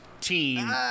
team